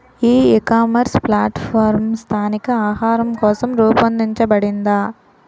ఈ ecommerce platform స్థానిక ఆహారం కోసం రూపొందించబడిందా?